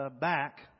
back